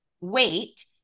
wait